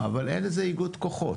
אבל אין איזה איגוד כוחות.